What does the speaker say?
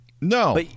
No